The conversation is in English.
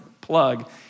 plug